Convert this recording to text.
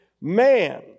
man